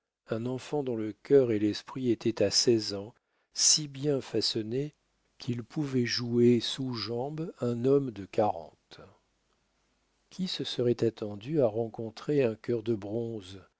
un enfant dont le cœur et l'esprit étaient à seize ans si bien façonnés qu'il pouvait jouer sous jambe un homme de quarante qui se serait attendu à rencontrer un cœur de bronze